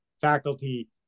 faculty